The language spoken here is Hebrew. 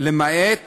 למעט